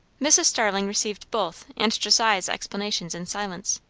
mrs. starling received both and josiah's explanations in silence,